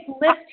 list